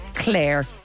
Claire